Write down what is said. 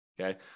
okay